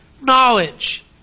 knowledge